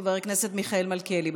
חבר הכנסת מיכאל מלכיאלי.